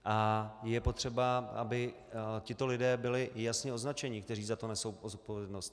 A je potřeba, aby tito lidé byli jasně označeni, kteří za to nesou zodpovědnost.